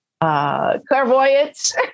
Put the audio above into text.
Clairvoyance